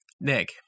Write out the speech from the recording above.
Nick